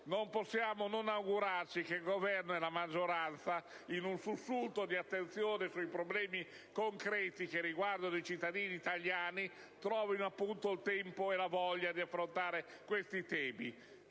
non possiamo non augurarci che il Governo e la maggioranza, in un sussulto di attenzione sui problemi concreti che riguardano i cittadini italiani, trovino il tempo e la voglia di affrontare questi temi.